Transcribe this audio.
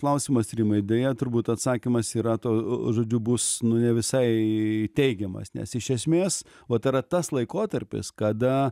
klausimas rimai deja turbūt atsakymas yra to žodžiu bus nu ne visai teigiamas nes iš esmės vat yra tas laikotarpis kada